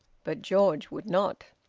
but george would not.